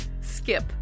Skip